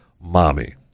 mommy